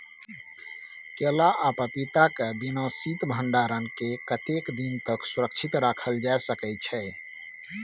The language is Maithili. केला आ पपीता के बिना शीत भंडारण के कतेक दिन तक सुरक्षित रखल जा सकै छै?